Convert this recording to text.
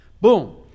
Boom